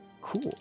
Cool